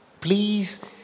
please